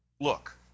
Look